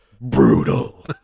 Brutal